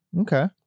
Okay